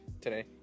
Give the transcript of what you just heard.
today